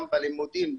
גם בלימודים,